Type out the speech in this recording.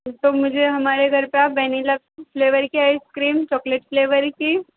तो मुझे हमारे घर पर आप वनीला फ्लेवर की आइस क्रीम चॉकलेट फ्लेवर की